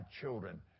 children